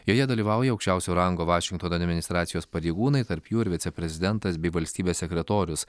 joje dalyvauja aukščiausio rango vašingtono administracijos pareigūnai tarp jų ir viceprezidentas bei valstybės sekretorius